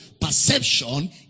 perception